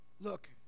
Look